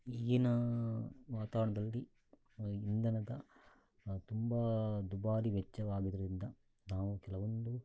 ಈಗಿನ ವಾತಾವರಣದಲ್ಲಿ ಇಂಧನದ ತುಂಬ ದುಬಾರಿ ವೆಚ್ಚವಾಗಿದ್ದರಿಂದ ನಾವು ಕೆಲವೊಂದು